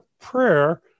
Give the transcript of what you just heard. prayer